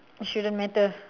it shouldn't matter